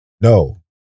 No